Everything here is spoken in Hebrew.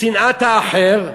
שנאת האחר,